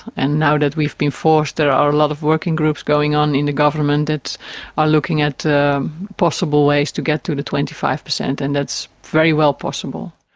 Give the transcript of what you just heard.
and now that we have been forced there are a lot of working groups going on in the government that are looking at possible ways to get to the twenty five percent, and that's very well possible.